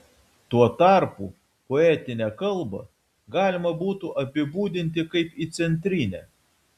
tuo tarpu poetinę kalbą galima būtų apibūdinti kaip įcentrinę